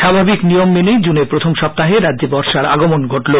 স্বাভাবিক নিয়ম মেনেই জুনের প্রথম সপ্তাহে রাজ্যে বর্ষার আগমন ঘটলো